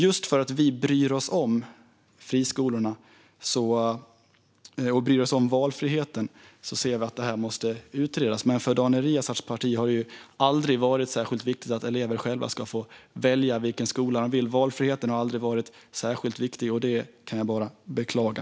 Just för att vi bryr oss om friskolorna och valfriheten ser vi att det måste utredas. Men för Daniel Riazats parti har det aldrig varit särskilt viktigt att elever själva ska få välja vilken skola de vill; valfriheten har aldrig varit särskilt viktig. Det kan jag bara beklaga.